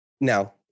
now